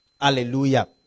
Hallelujah